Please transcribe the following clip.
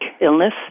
illness